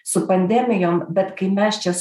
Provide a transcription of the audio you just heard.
su pandemijom bet kai mes čia